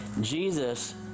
Jesus